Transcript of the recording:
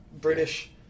British